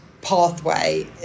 pathway